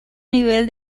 nivel